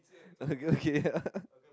okay yeah